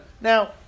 Now